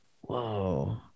Whoa